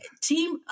team